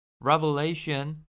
Revelation